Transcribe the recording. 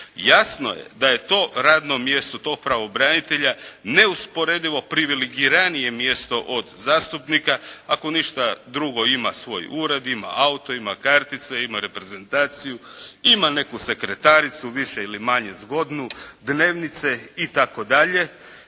Jasno je da je to radno mjesto tog pravobranitelja neusporedivo privilegiranije mjesto od zastupnika. Ako ništa drugo ima svoj ured, ima auto, ima kartice, ima reprezentaciju, ima neku sekretaricu više ili manje zgodnu, dnevnice itd.,